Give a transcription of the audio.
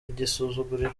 igisuzuguriro